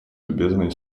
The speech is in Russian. любезные